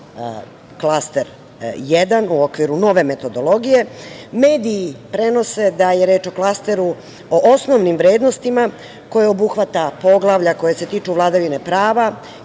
klaster 1 u okviru nove metodologije, mediji prenose da je reč o klasteru o osnovnim vrednostima koje obuhvata poglavlja koja se tiču vladavine prava,